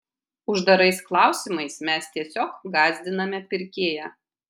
uždarais klausimais mes tiesiog gąsdiname pirkėją